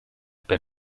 per